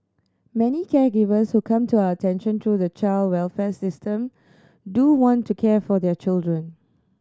many caregivers who come to our attention to the child welfare system do want to care for their children